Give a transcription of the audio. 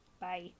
Bye